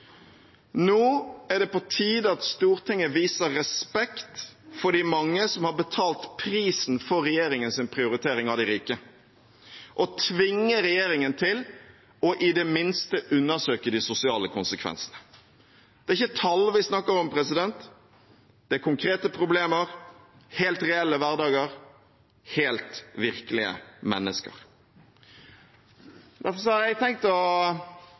Nå er det på tide at Stortinget viser respekt for de mange som har betalt prisen for regjeringens prioritering av de rike, og tvinger regjeringen til i det minste å undersøke de sosiale konsekvensene. Det er ikke tall vi snakker om, det er konkrete problemer, helt reelle hverdager, helt virkelige mennesker. Derfor har jeg tenkt å